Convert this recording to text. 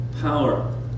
power